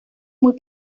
muy